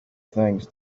things